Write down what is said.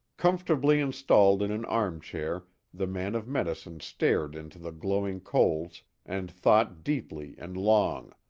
comfortably installed in an armchair the man of medicine stared into the glowing coals and thought deeply and long,